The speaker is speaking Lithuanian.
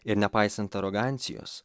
ir nepaisant arogancijos